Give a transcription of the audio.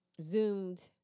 zoomed